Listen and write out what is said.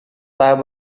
fly